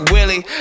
Willie